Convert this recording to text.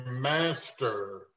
master